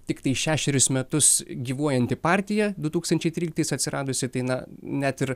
tiktai šešerius metus gyvuojanti partija du tūkstančiai tryliktais atsiradusi tai na net ir